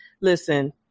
Listen